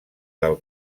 del